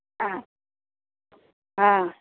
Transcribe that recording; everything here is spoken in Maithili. हँ हँ